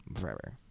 forever